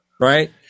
Right